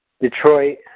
Detroit